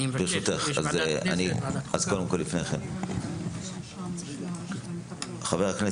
אני מבקש, כי יש ועדת כנסת וועדת חוקה.